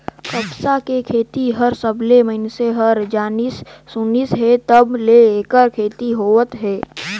कपसा के खेती हर सबलें मइनसे हर जानिस सुनिस हे तब ले ऐखर खेती होवत हे